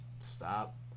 Stop